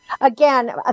again